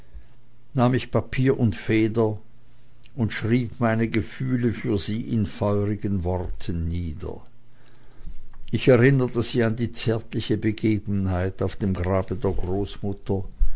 nahm ich papier und feder und schrieb meine gefühle für sie in feurigen worten nieder ich erinnerte sie an die zärtliche begebenheit auf dem grabe der großmutter